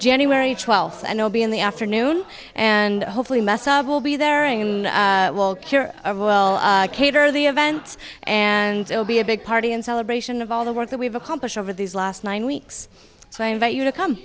january twelfth and they'll be in the afternoon and hopefully mess up will be there and will cure or will cater the events and it will be a big party in celebration of all the work that we've accomplished over these last nine weeks so i invite you to come